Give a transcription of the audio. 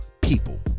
people